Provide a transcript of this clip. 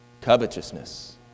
covetousness